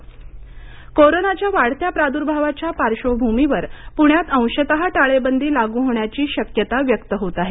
टाळेबंदी कोरोनाच्या वाढत्या प्रादुर्भावाच्या पार्शभूमीवर पुण्यात अंशतः टाळेबंदी लागू होण्याची शक्यता व्यक्त होत आहे